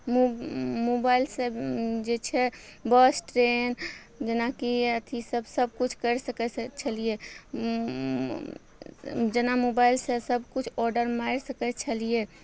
मो मोबाइलसँ जे छै बस ट्रेन जेनाकि अथी सबकिछु करि सकय छलियै जेना मोबाइलसँ सबकिछु ऑर्डर मारि सकय छलियै